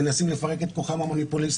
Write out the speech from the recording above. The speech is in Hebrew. מנסים לפרק את כוחם המונופוליסטי,